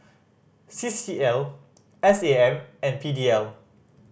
C C L S A M and P D L